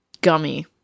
gummy